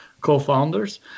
co-founders